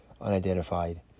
unidentified